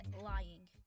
lying